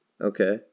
okay